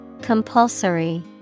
Compulsory